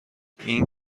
این